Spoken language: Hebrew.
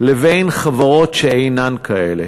לבין חברות שאינן כאלה.